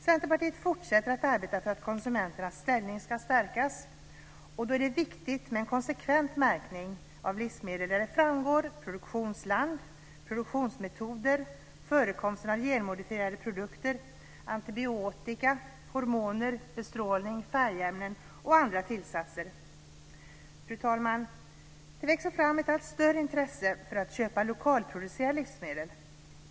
Centerpartiet fortsätter att arbeta för att konsumenternas ställning ska stärkas, och då är det viktigt med en konsekvent märkning av livsmedel där det framgår produktionsland, produktionsmetoder, förekomsten av genmodifierade produkter, antibiotika, hormoner, bestrålning, färgämnen och andra tillsatser. Fru talman! Det växer fram ett allt större intresse för att köpa lokalproducerade livsmedel.